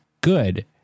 good